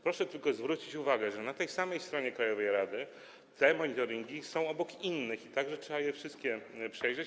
Proszę tylko zwrócić uwagę, że na tej samej stronie krajowej rady te monitoringi są obok innych i trzeba je wszystkie przejrzeć.